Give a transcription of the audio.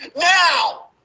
Now